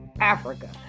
africa